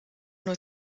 nur